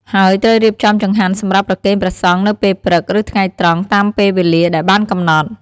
ហើយត្រូវរៀបចំចង្ហាន់សម្រាប់ប្រគេនព្រះសង្ឃនៅពេលព្រឹក ឬថ្ងៃត្រង់ តាមពេលវេលាដែលបានកំណត់។